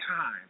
time